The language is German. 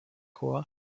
chor